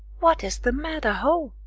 what is the matter, ho?